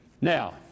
Now